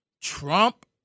Trump